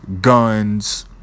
guns